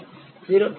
32 ஆகும்